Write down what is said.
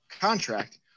contract